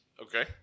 Okay